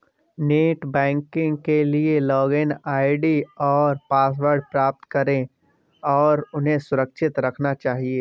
net banking के लिए login ID और पासवर्ड प्राप्त करें और उन्हें सुरक्षित रखना चहिये